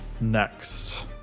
Next